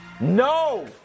No